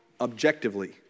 objectively